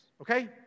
Okay